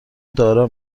دارا